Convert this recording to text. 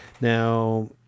Now